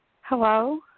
Hello